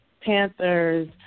Panthers